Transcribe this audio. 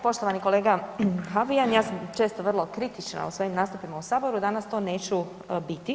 Poštovani kolega Habijan ja sam često vrlo kritična u svojim nastupima u saboru, danas to neću biti.